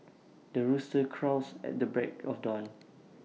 the rooster crows at the break of dawn